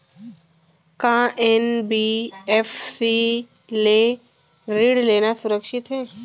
का एन.बी.एफ.सी ले ऋण लेना सुरक्षित हे?